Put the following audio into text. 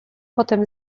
potem